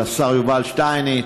לשר יובל שטייניץ.